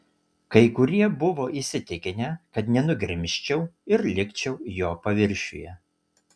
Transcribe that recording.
kai kurie buvo įsitikinę kad nenugrimzčiau ir likčiau jo paviršiuje